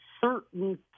certain